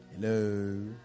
Hello